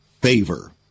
favor